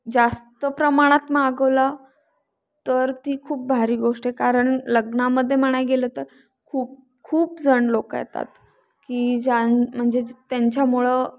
जास्त प्रमाणात मागवलं तर ती खूप भारी गोष्ट आहे कारण लग्नामध्ये म्हणाय गेलं तर खूप खूप जण लोकं येतात की ज्या म्हणजे त्यांच्यामुळे